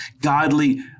godly